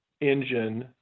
engine